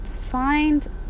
find